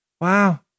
Wow